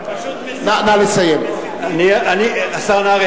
הם פשוט מסיטים, השר נהרי,